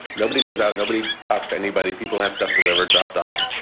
nobody goes out, nobody talks to anybody. people have stuff delivered, dropped off.